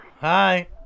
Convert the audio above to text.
Hi